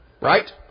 Right